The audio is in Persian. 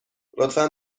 لطفا